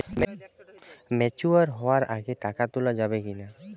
Mature হওয়ার আগে টাকা তোলা যাবে কিনা?